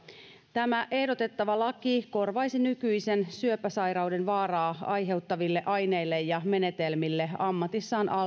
tämä ehdotettava laki korvaisi nykyisen syöpäsairauden vaaraa aiheuttaville aineille ja menetelmille ammatissaan